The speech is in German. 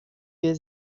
wir